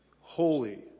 holy